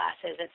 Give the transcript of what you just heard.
classes